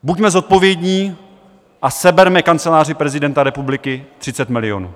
Buďme zodpovědní a seberme Kanceláři prezidenta republiky 30 milionů.